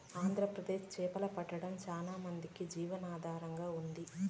ఆంధ్రప్రదేశ్ చేపలు పట్టడం చానా మందికి జీవనాధారంగా ఉన్నాది